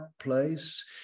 place